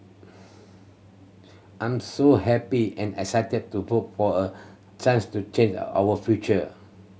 I'm so happy and excited to vote for a chance to change our future